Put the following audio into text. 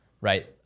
right